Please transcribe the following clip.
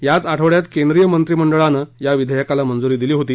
याच आठवङ्यात केंद्रीय मंत्रिमंडळानं या विधेयकाला मंजूरी दिली होती